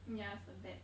mm yeah it's the bat